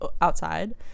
outside